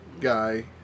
guy